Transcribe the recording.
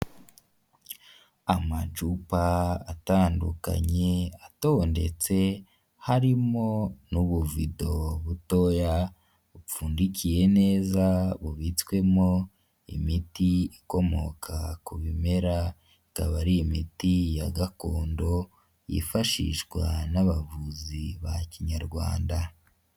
Amacupa atandukanye atondetse harimo n'ubuvido butoya bupfundikiye neza, bubitswemo imiti ikomoka ku bimera ikaba ari imiti ya gakondo yifashishwa n'abavuzi ba kinyarwanda.